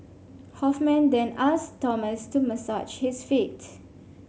Hoffman then asked Thomas to massage his feet